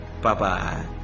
Bye-bye